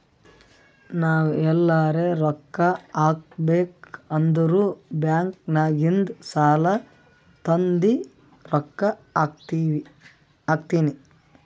ನಾವ್ ಎಲ್ಲಾರೆ ರೊಕ್ಕಾ ಹಾಕಬೇಕ್ ಅಂದುರ್ ಬ್ಯಾಂಕ್ ನಾಗಿಂದ್ ಸಾಲಾ ತಂದಿ ರೊಕ್ಕಾ ಹಾಕ್ತೀನಿ